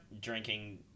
drinking